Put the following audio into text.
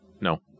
No